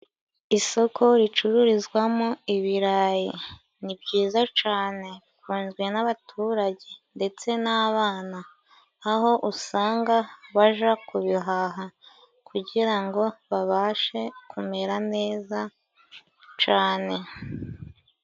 Isoko ricururizwamo ibirayi ni byiza cane bikunzwe n'abaturage ndetse n'abana, aho usanga baja kubihaha kugira ngo babashe kumera neza cane.